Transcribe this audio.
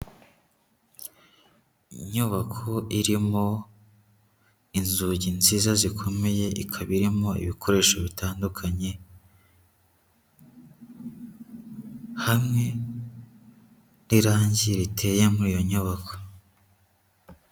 Inyubako irimo inzugi nziza zikomeye, ikaba irimo ibikoresho bitandukanye, hamwe n'irangi riteye muri iyo nyubako.